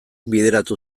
bideratu